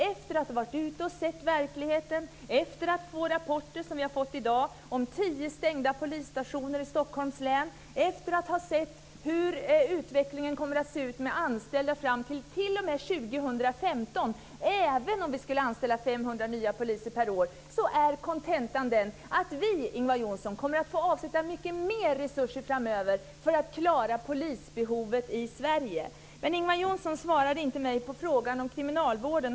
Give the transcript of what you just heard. Efter att ha varit ute och sett verkligheten, efter att ha fått rapporter som den i dag om att tio polisstationer ska stängas i Stockholms län och efter att ha sett hur utvecklingen vad gäller antalet anställda kommer att bli t.o.m. 2015, även om vi skulle anställa 500 nya poliser per år, inser vi att kontentan är den att vi, Ingvar Johnsson, kommer att få avsätta mycket mer resurser framöver för att klara polisbehovet i Sverige. Ingvar Johnsson svarade mig inte på frågan om kriminalvården.